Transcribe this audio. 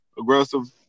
aggressive